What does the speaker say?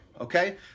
Okay